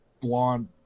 blonde